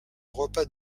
repas